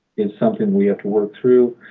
it's something we have to work through.